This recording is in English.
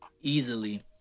Easily